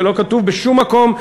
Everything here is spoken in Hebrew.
זה לא כתוב בשום מקום.